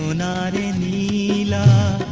not the